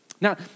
Now